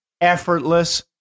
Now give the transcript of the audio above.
effortless